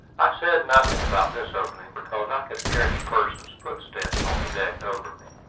i said nothing about this opening, because i could hear any person's footsteps on the deck over me.